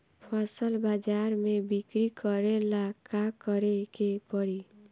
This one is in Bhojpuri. फसल बाजार मे बिक्री करेला का करेके परी?